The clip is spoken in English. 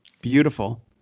beautiful